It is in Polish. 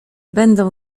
będą